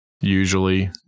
usually